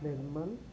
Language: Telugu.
నిర్మల్